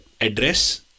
address